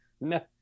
no